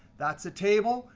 that's the table.